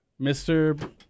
Mr